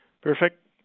Perfect